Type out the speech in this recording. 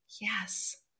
Yes